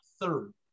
third